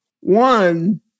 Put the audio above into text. one